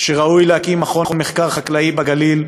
שראוי להקים מכון מחקר חקלאי בגליל.